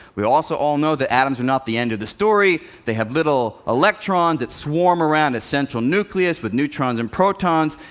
we also all know that atoms are not the end of the story. they have little electrons that swarm around a central nucleus with neutrons and protons.